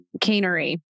canary